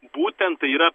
būtent tai yra